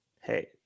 Hey